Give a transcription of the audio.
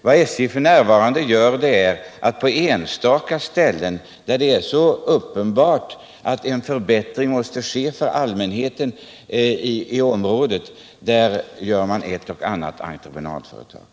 Vad SJ f.n. gör är att på enstaka ställen, där det är uppenbart att förbättringar måste ske för allmänheten i området, gå över till ett och annat entreprenadföretag.